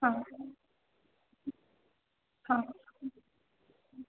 हाँ हाँ